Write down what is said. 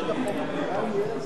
נתקבלה.